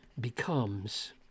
becomes